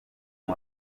ngo